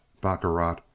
Baccarat